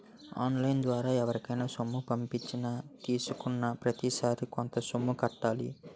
on line ద్వారా ఎవరికైనా సొమ్ము పంపించినా తీసుకున్నాప్రతిసారి కొంత సొమ్ము కట్టాలి